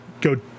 go